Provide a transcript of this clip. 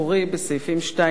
בסעיפים 2 10,